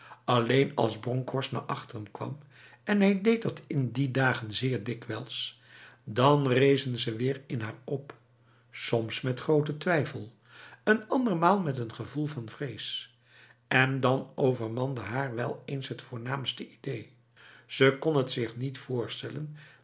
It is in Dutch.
alleen als bronkhorst naar achteren kwam en hij deed dat in die dagen zeer dikwijls dan rezen ze weer in haar op soms met grote twijfel een andermaal met een gevoel van vrees en dan overmande haar wel eens het voornaamste idee ze kon het zich niet voorstellen